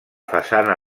façana